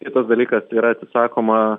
kitas dalykas yra atsisakoma